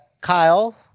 Kyle